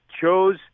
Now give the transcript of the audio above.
chose